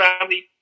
family